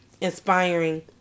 inspiring